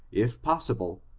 if possible,